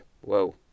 Whoa